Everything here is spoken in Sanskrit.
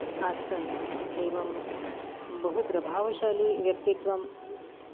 आसन् एवं बहु प्रभावशाली व्यक्तित्वम्